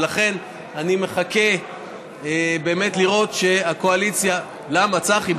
ולכן אני מחכה באמת לראות שהקואליציה, למה, צחי?